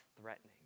threatening